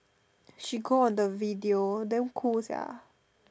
she go on the video damn cool sia